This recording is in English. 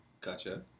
gotcha